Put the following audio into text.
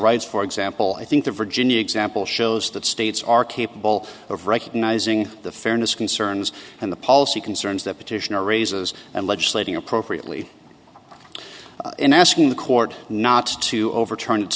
rights for example i think the virginia example shows that states are capable of recognizing the fairness concerns and the policy concerns that petitioner raises and legislating appropriately in asking the court not to overturn